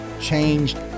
changed